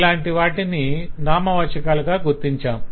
ఇలాంటి వాటిని నామవాచకాలుగా గుర్తించాం